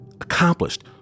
accomplished